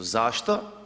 Zašto?